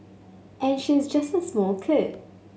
and she's just a small kid